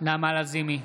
נעמה לזימי,